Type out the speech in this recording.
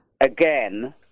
again